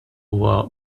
huwa